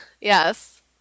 Yes